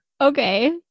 Okay